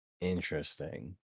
Interesting